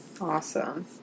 Awesome